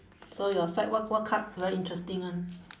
so your side what what card very interesting [one]